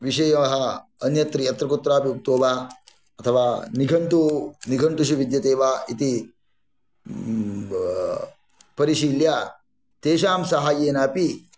विषयाः अन्यत्र यत्र कुत्रापि उक्तो वा अथवा निघण्टु निघण्टुषु विद्यते वा इति परिशील्य तेषां सहाय्येन अपि